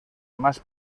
más